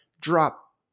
drop